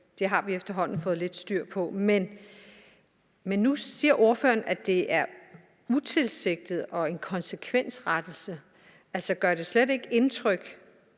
Det har vi efterhånden fået lidt styr på, men nu siger ordføreren, at det er utilsigtet og en konsekvensrettelse. Altså, gør det slet ikke indtryk,